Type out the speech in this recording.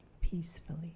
peacefully